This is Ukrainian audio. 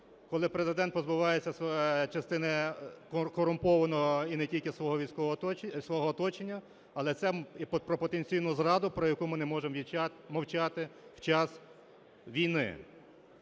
коли Президент позбувається частини корумпованого і не тільки свого військового… свого оточення, але це і про потенційну зраду, про яку ми не можемо мовчати в час війни.